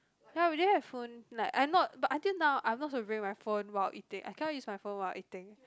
ya we didn't have phone like I now but until now I'm not supposed to bring my phone while eating I cannot use my phone while eating